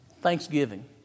thanksgiving